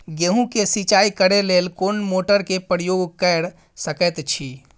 गेहूं के सिंचाई करे लेल कोन मोटर के प्रयोग कैर सकेत छी?